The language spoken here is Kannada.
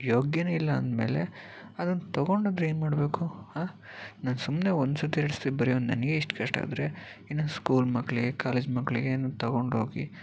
ಯೋಗ್ಯತೆ ಇಲ್ಲ ಅಂದ್ಮೇಲೆ ಅದನ್ನು ತಗೊಂಡಾದ್ರು ಏನು ಮಾಡಬೇಕು ಹಾಂ ನಾನು ಸುಮ್ಮನೆ ಒಂದ್ಸರ್ತಿ ಎರಡ್ಸರ್ತಿ ಬರಿಯೋನು ನನಗೆ ಇಷ್ಟ ಕಷ್ಟ ಆದರೆ ಇನ್ನೂ ಸ್ಕೂಲ್ ಮಕ್ಕಳಿಗೆ ಕಾಲೇಜ್ ಮಕ್ಕಳಿಗೆ ತಗೊಂಡೋಗಿ